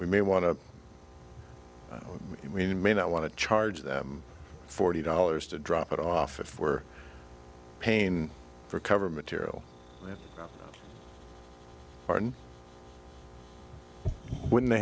we may want to we may not want to charge them forty dollars to drop it off if we're pain for cover material part and when they